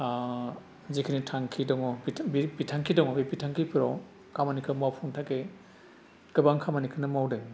जिखिनि थांखि दङ बिथांखि बे बिथांखि दङ बे बिथांखिफोराव खामानिखौ मावफुंनो थाखाय गोबां खामानिखौनो मावदों